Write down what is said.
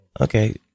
okay